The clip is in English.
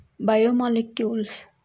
biomolecules